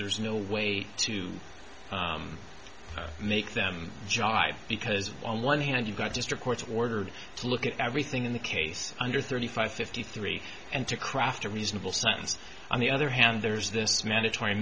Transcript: there's no way to make them jibe because on one hand you've got district court ordered to look at everything in the case under thirty five fifty three and to craft a reasonable sentence on the other hand there's this mandatory